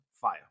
Fire